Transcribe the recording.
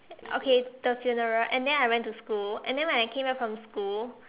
okay the funeral and then I went to school and then when I came back from school